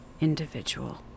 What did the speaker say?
individual